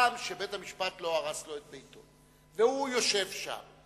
אדם שבית-המשפט לא הרס לו את ביתו והוא יושב שם,